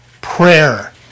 prayer